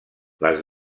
les